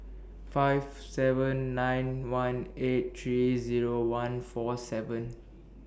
five seven nine one eight three Zero one four seven